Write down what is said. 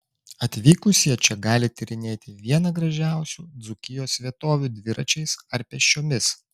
atvykusieji čia gali tyrinėti vieną gražiausių dzūkijos vietovių dviračiais ar pėsčiomis